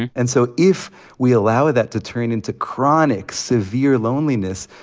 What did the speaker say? and and so if we allow that to turn into chronic, severe loneliness,